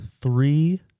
Three